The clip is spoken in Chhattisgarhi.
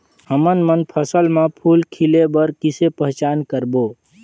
हमन मन फसल म फूल खिले बर किसे पहचान करबो?